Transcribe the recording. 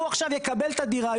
הוא עכשיו יקבל את הדירה,